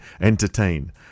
entertain